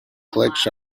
clicks